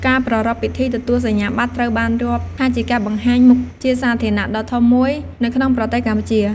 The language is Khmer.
ការប្រារព្ធពិធីទទួលសញ្ញាប័ត្រត្រូវបានរាប់ថាជាការបង្ហាញមុខជាសាធារណៈដ៏ធំដុំមួយនៅក្នុងប្រទេសកម្ពុជា។